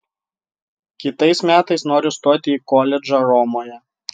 kitais metais noriu stoti į koledžą romoje